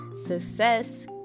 success